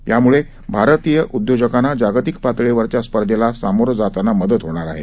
यामुळे भारतीय उद्योजकांना जागतिक पातळीवरच्या स्पर्धेला सामोरं जाताना मदत होणार आहे